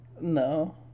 No